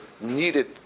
needed